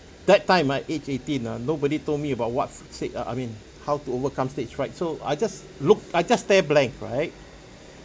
that time my age eighteen ah nobody told me about what's sick ah I mean how to overcome stage fright so I just look I just stare blank right